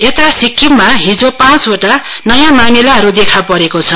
यता सिक्किममा हिजो पाँचवटा नयाँ मामिलाहरू देखा परेको छ